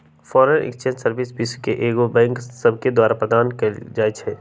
foreign exchange service विश्व के कएगो बैंक सभके द्वारा प्रदान कएल जाइ छइ